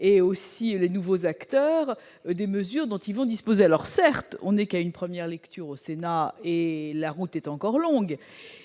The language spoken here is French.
et les nouveaux acteurs des outils dont ils vont disposer. Certes, nous n'en sommes qu'à la première lecture au Sénat, et la route est encore longue,